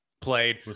played